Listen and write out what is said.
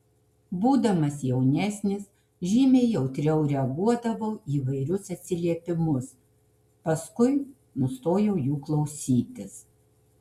būdamas jaunesnis žymiai jautriau reaguodavau į įvairius atsiliepimus paskui nustojau jų klausytis